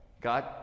God